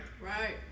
Right